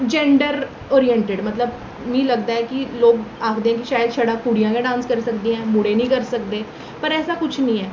gender oriented मतलब मी लगदा ऐ कि लोक आखदे न शायद छड़ा कुड़ियां गै डांस करी सकदियां न मुड़े नी करी सकदे पर ऐसा कुछ नेईं ऐ